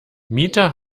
mieter